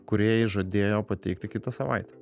kūrėjai žadėjo pateikti kitą savaitę